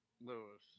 Lewis